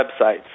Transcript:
websites